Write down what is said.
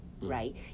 right